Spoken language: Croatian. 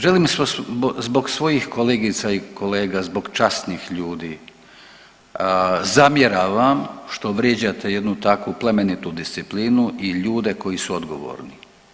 Želim zbog svojih kolegica i kolega, zbog časnih ljudi, zamjeram vam što vrijeđate jednu takvu plemenitu disciplinu i ljude koji su odgovorni.